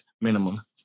minimum